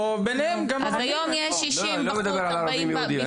היום יש 60 בחוץ ו-40 בפנים,